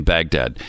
Baghdad